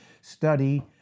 study